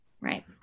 Right